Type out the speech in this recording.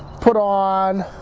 put on